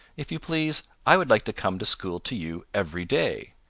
if you please, i would like to come to school to you every day.